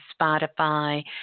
Spotify